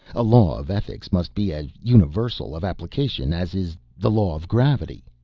a law of ethics must be as universal of application as is the law of gravity.